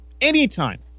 anytime